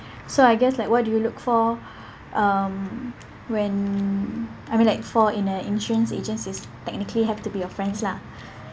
so I guess like what do you look for um when I mean like for in a insurance agent is technically have to be your friends lah